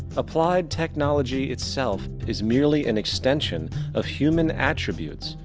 applied technology itself is merely and extension of human attributes,